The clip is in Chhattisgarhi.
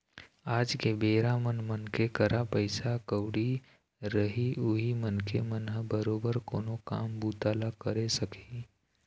आज के बेरा म मनखे करा पइसा कउड़ी रही उहीं मनखे मन ह बरोबर कोनो काम बूता ल करे सकही